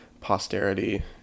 posterity